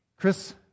Chris